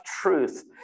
truth